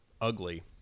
ugly